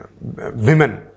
women